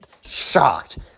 shocked